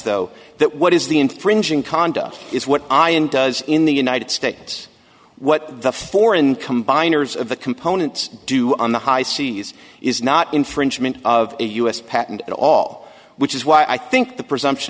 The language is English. though that what is the infringing conduct is what i and does in the united states what the foreign combiners of the components do on the high seas is not infringement of a u s patent at all which is why i think the presumption